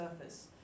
surface